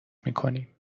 میکنیم